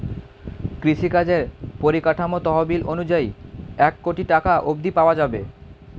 কৃষিকাজের পরিকাঠামো তহবিল অনুযায়ী এক কোটি টাকা অব্ধি পাওয়া যাবে